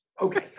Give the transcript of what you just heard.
okay